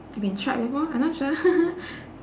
been tried before I not sure